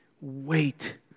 Wait